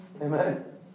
Amen